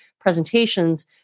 presentations